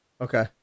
Okay